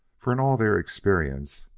for in all their experience,